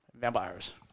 vampires